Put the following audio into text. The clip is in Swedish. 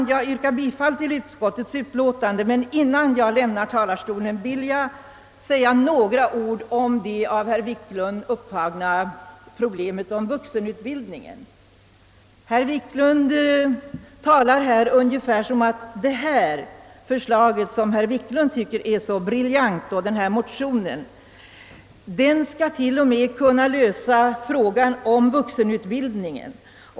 Jag tänker yrka bifall till utskottets hemställan, men innan jag lämnar talarstolen, vill jag anföra några ord om det av herr Wiklund i Stockholm berörda problemet rörande vuxen utbildningen. Herr Wiklund resonerar här ungefär på det sättet, att förslaget i denna motion, som herr Wiklund tycker är så briljant, till och med skall kunna lösa frågan om vuxenutbildningen.